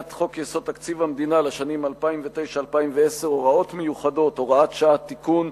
תקציב המדינה לשנים 2009 ו-2010 (הוראות מיוחדות) (הוראת השעה) (תיקון).